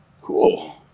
Cool